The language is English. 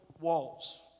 walls